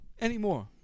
anymore